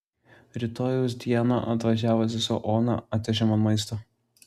rytojaus dieną atvažiavo sesuo ona atvežė man maisto